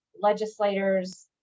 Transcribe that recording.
legislators